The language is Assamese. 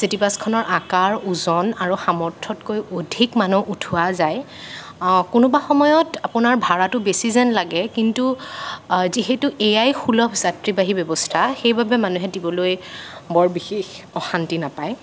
চিটিবাছখনৰ আকাৰ ওজন আৰু সামৰ্থতকৈ অধিক মানুহ উঠোৱা যায় কোনোবা সময়ত আপোনাৰ ভাড়াটো বেছি যেন লাগে কিন্তু যিহেতু এয়াই সুলভ যাত্ৰীবাহী ব্যৱস্থা সেইবাবে মানুহে দিবলৈ বৰ বিশেষ অশান্তি নাপায়